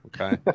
Okay